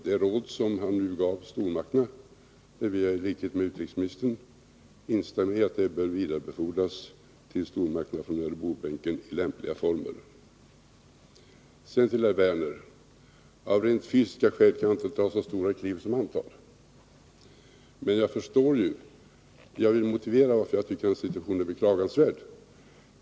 Det råd som Sture Ericson nu gav stormakterna anser jag i likhet med utrikesministern bör vidarebefordras till stormakterna i lämplig form från Örebrobänken. Sedan till herr Werner: Av rent fysiska skäl kan jag inte ta så stora kliv som han tar. Men jag vill motivera varför jag tycker att hans situation är beklagansvärd.